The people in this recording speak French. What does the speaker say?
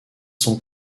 sont